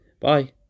Bye